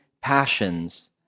passions